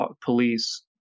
police